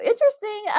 Interesting